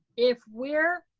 if we're,